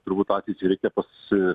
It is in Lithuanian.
turbūt patys ir reikia pasi